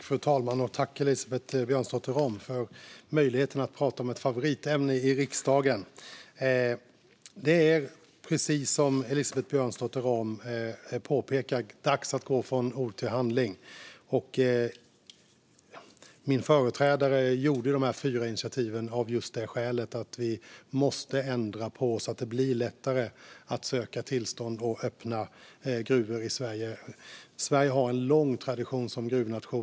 Fru talman! Jag tackar Elisabeth Björnsdotter Rahm för möjligheten att prata om ett favoritämne i riksdagen. Det är, precis som Elisabeth Björnsdotter Rahm påpekar, dags att gå från ord till handling. Min företrädare tog de här fyra initiativen av just det skälet. Vi måste ändra så att det blir lättare att söka tillstånd och öppna gruvor i Sverige. Sverige har en lång tradition som gruvnation.